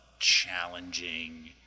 challenging